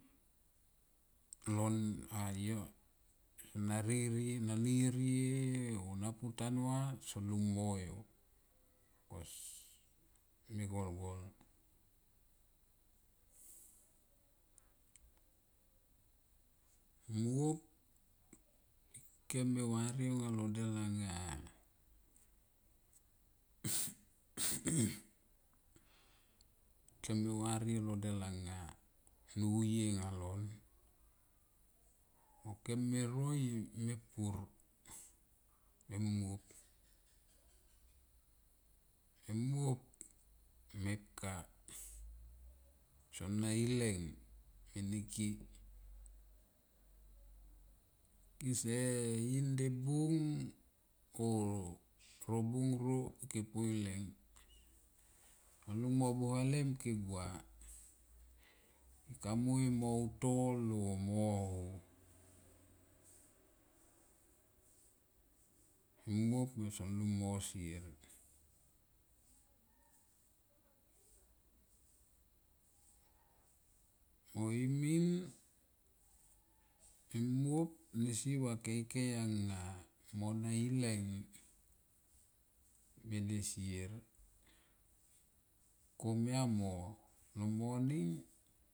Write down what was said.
Lon a yo ma rierie o na pu tanua son lung mo yo bikes me golgol. Muop ken me varie anga lo dei anga kem ei varie anga lo del anga nuye nga lon mo kem me roie mepur e muop. E muop meoka son na ileng mene ke. Kese in debung o nobung no ke poi teng son lung mo buelem ke gua ke ka mui mo utol a mo hoithuop nio song lung mosier me imin muop ne si va kaeikaei anga mo na ileng mene sier komia mo lo moning.